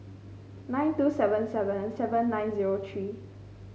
nine two seven seven seven nine zero three